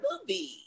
movie